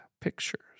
Pictures